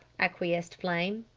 acquiesced flame.